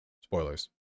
Spoilers